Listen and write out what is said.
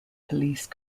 police